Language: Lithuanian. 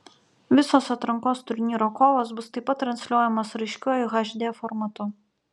visos atrankos turnyro kovos bus taip pat transliuojamos raiškiuoju hd formatu